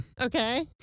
Okay